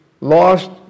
lost